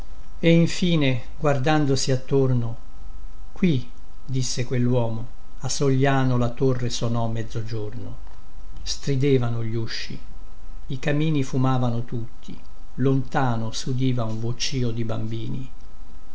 e in fine guardandosi attorno qui disse quelluomo a sogliano la torre sonò mezzogiorno stridevano gli usci i camini fumavano tutti lontano sudiva un vocio di bambini